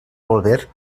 volver